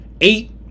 eight